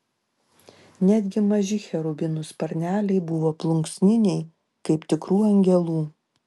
netgi maži cherubinų sparneliai buvo plunksniniai kaip tikrų angelų